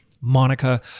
Monica